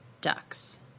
ducks